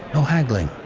no haggling.